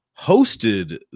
hosted